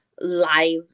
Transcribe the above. live